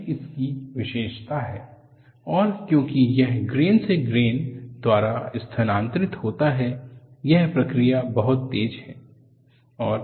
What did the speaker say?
यह इसकी विशेषता है और क्योंकि यह हर ग्रेन से ग्रेन द्वारा स्थानांतरित होता है यह प्रक्रिया बहुत तेज है